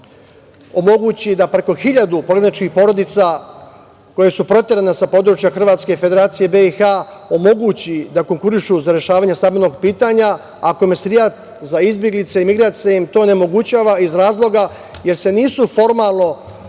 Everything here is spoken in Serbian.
omogući da preko hiljadu prognaničkih porodica koje su proterane sa područja Hrvatske i Federacije BiH omogući da konkurišu za rešavanje stambenog pitanja, a Komesarijat za izbeglice i migracije im to onemogućava iz razloga jer se nisu formalno-pravno